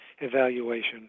evaluation